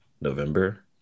November